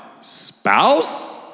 spouse